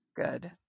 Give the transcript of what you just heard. Good